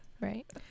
Right